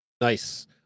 Nice